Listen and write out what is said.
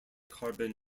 carbon